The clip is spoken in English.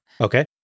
Okay